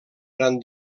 gran